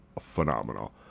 phenomenal